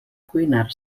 cuinar